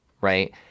right